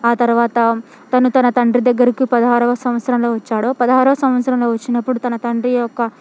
ఆ తర్వాత తను తన తండ్రి దగ్గరకు పదహారవ సంవత్సరం లో వచ్చాడు పదహారవ సంవత్సరంలో వచ్చినప్పుడు తన తండ్రి యొక్క